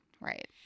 right